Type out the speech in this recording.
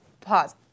pause